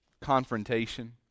confrontation